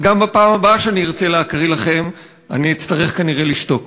אז גם בפעם הבאה שאני ארצה להקריא לכם אני אצטרך כנראה לשתוק.